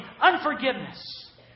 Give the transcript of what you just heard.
unforgiveness